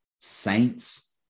Saints